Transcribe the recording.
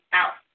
out